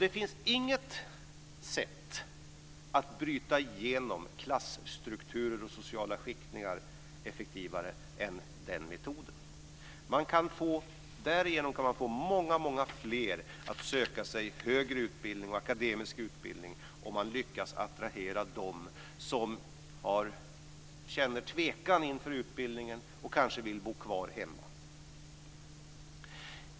Det finns inget sätt att bryta igenom klasstrukturer och sociala skiktningar som är effektivare än den metoden. Om man lyckas attrahera dem som känner tvekan inför utbildning och kanske vill bo kvar hemma kan man få många fler att söka sig till högre utbildning.